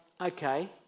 okay